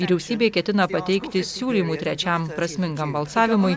vyriausybė ketina pateikti siūlymų trečiam prasmingam balsavimui